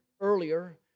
earlier